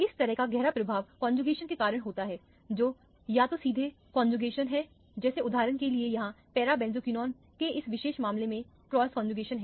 इस तरह का गहरा प्रभाव कौनजूगेशन के कारण होता है जो या तो सीधे कौनजूगेशन है जैसे उदाहरण के लिए या पैरा बेंजोक्विनोन के इस विशेष मामले में क्रॉस कौनजूगेशन है